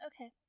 okay